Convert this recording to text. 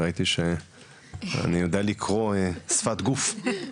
אני יודע לקרוא שפת גוף.